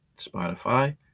Spotify